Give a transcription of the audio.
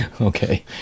okay